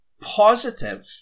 positive